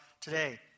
today